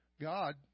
God